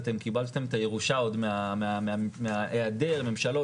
אתם קיבלתם את הירושה עוד מהיעדר ממשלות,